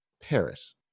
Paris